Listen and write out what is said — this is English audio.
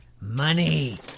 Money